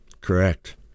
Correct